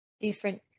different